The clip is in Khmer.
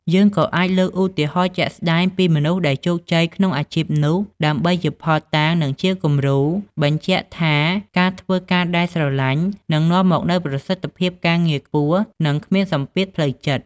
យើងក៏អាចលើកឧទាហរណ៍ជាក់ស្ដែងពីមនុស្សដែលជោគជ័យក្នុងអាជីពនោះដើម្បីជាភស្តុតាង និងជាគំរូ បញ្ជាក់ថាការធ្វើការដែលស្រឡាញ់ នឹងនាំមកនូវប្រសិទ្ធភាពការងារខ្ពស់ និងគ្មានសម្ពាធផ្លូវចិត្ត។